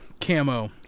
camo